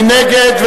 מי נגד?